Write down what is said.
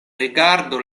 rigardu